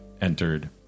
entered